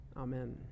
Amen